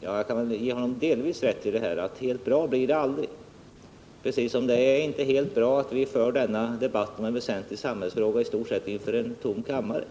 Jag kan ge honom delvis rätt — helt bra blir det aldrig. Det är inte helt bra att vi för denna debatt om en väsentlig samhällsfråga inför en i stort sett tom kammare.